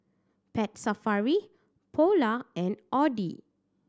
Pet Safari Polar and Audi